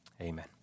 Amen